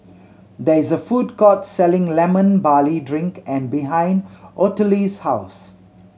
there is a food court selling Lemon Barley Drink and behind Ottilie's house